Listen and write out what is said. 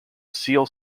seal